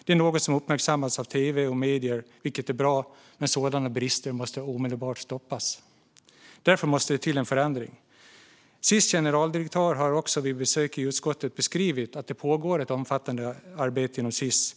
Detta är något som uppmärksammats av tv och medier, vilket är bra, men sådana brister måste omedelbart stoppas. Därför måste det till en förändring. Sis generaldirektör har vid besök i utskottet beskrivit att det pågår ett omfattande arbete inom Sis